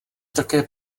také